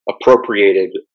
appropriated